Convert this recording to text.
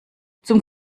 zum